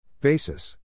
Basis